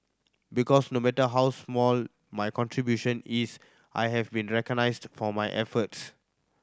because no matter how small my contribution is I have been recognised for my efforts